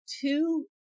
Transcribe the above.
two